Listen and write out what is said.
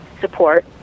support